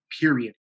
period